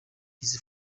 his